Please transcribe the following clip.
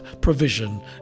provision